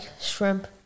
Shrimp